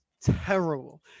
terrible